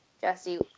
Jesse